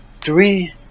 three